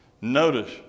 Notice